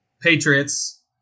Patriots